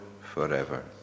forever